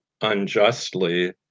unjustly